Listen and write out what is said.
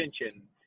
attention